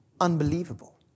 unbelievable